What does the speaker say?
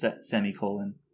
semicolon